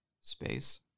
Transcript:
space